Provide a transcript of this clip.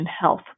health